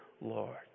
Lord